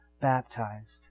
Baptized